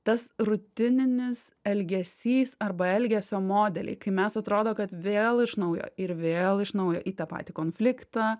tas rutininis elgesys arba elgesio modeliai kai mes atrodo kad vėl iš naujo ir vėl iš naujo į tą patį konfliktą